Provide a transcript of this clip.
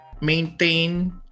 maintain